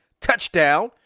touchdown